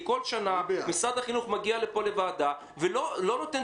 בכל שנה משרד החינוך מגיע לפה לוועדה ולא נותן